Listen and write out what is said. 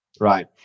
right